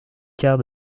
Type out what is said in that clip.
quart